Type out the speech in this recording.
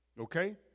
okay